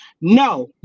No